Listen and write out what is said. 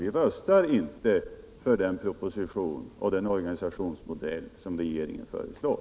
Vi röstar inte för den proposition och den organisationsmodell som regeringen föreslår.